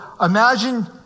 imagine